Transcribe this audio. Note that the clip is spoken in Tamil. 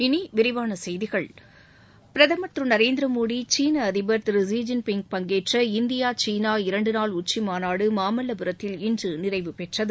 இனி விரிவான செய்திகள் பிரதமர் திரு நரேந்திர மோடி சீன அதிபர் திரு ஷி ஜின்பிங் பங்கேற்ற இந்தியா சீனா இரண்டு நாள் உச்சிமாநாடு மாமல்லபுரத்தில் இன்று நிறைவு பெற்றது